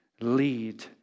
Lead